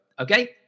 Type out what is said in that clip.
okay